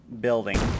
building